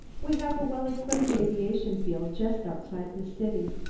we have a well-equipped aviation field just outside the city.